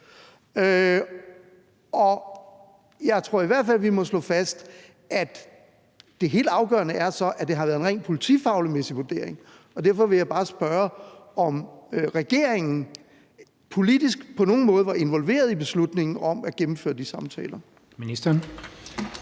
Jeg tror i hvert fald, at vi må slå fast, at det helt afgørende så er, at det har været en rent politimæssig vurdering, og derfor vil jeg bare spørge, om regeringen politisk på nogen måde var involveret i beslutningen om at gennemføre de samtaler.